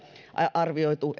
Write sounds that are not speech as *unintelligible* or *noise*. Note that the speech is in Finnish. arvioitu *unintelligible*